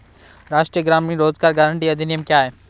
राष्ट्रीय ग्रामीण रोज़गार गारंटी अधिनियम क्या है?